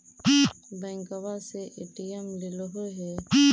बैंकवा से ए.टी.एम लेलहो है?